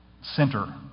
center